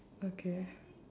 okay